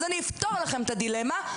אז אני אפתור לכם את הדילמה.